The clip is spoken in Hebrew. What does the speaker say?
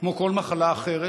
כמו כל מחלה אחרת,